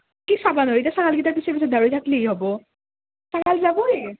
কি চাবা নৰোঁ এতিয়া পিছত দাউৰি থাক্লিহে হ'ব যাবয়ে